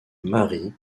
marie